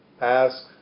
ask